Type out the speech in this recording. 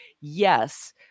yes